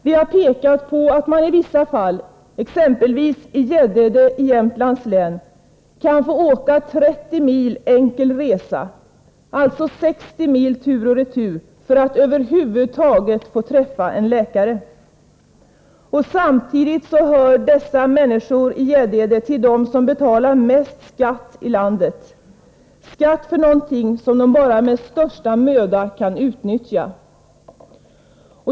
Vi har pekat på att man i vissa fall, exempelvis i Gäddede i Jämtlands län, kan få åka 30 mil enkel resa, alltså 60 mil tur och retur, för att över huvud taget få träffa en läkare. Samtidigt hör dessa människor i Gäddede till dem som betalar mest skatt i landet, skatt för någonting som de bara med största möda kan utnyttja.